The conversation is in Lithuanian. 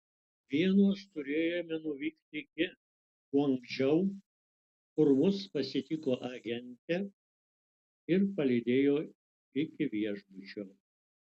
vienos turėjome nuvykti iki guangdžou kur mus pasitiko agentė ir palydėjo iki viešbučio